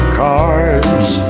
cards